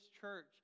church